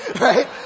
right